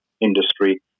industry